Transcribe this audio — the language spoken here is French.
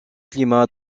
climats